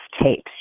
tapes